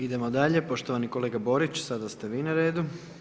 Idemo dalje, poštovani kolega Borić, sada ste vi na redu.